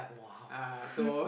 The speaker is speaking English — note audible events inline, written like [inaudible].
!wow! [laughs]